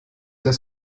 das